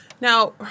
Now